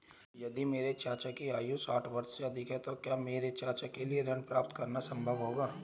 यदि मेरे चाचा की आयु साठ वर्ष से अधिक है तो क्या मेरे चाचा के लिए ऋण प्राप्त करना संभव होगा?